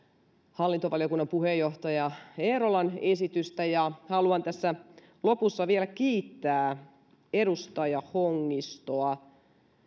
hallintovaliokunnan puheenjohtaja eerolan esitystä haluan tässä lopussa vielä kiittää edustaja hongistoa hän on